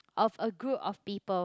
of a group of people